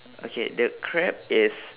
okay the crab is